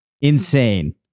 Insane